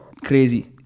Crazy